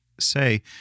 say